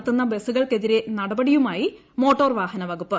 നടത്തുന്ന ബസുകൾക്കെതിരെ നടപടിയുമായി മോട്ടോർ വാഹന വകുപ്പ്